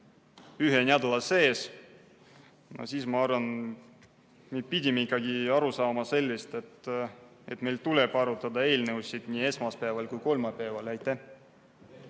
ühe nädala sees, ja siis ma arvan, et me pidime ikkagi aru saama sellest, et meil tuleb arutada eelnõusid nii esmaspäeval kui ka kolmapäeval. Aitäh!